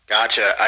Gotcha